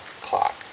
clock